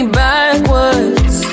backwards